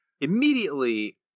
immediately